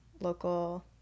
local